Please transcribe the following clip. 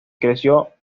creció